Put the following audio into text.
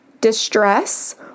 distress